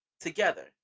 together